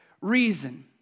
reason